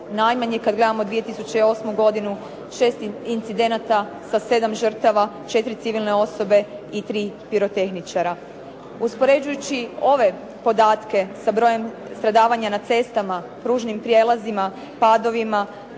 najmanje. Kad gledamo 2008. godinu 6 incidenata sa 7 žrtava, 4 civilne osobe i 3 pirotehničara. Uspoređujući ove podatke sa brojem stradavanja na cestama, pružnim prijelazima, padovima,